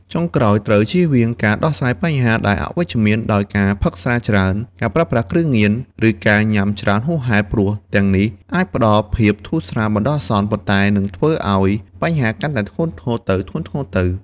ចុងក្រោយត្រូវជៀសវាងការដោះស្រាយបញ្ហាដែលអវិជ្ជមានដោយការផឹកស្រាច្រើន ការប្រើប្រាស់គ្រឿងញៀន ឬការញ៉ាំច្រើនហួសហេតុ ព្រោះទាំងនេះអាចផ្តល់ភាពធូរស្រាលបណ្តោះអាសន្ន ប៉ុន្តែនឹងធ្វើឱ្យបញ្ហាកាន់តែធ្ងន់ធ្ងរទៅៗ។